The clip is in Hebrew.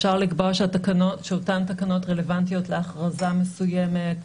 אפשר לקבוע שאותן תקנות רלוונטיות להכרזה מסוימת.